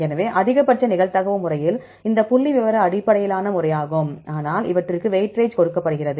எனவே அதிகபட்ச நிகழ்தகவு முறையில் இவை புள்ளிவிவர அடிப்படையிலான முறையாகும் ஆனால் அவற்றிற்கு வெயிட்டேஜ் கொடுக்கப்படுகிறது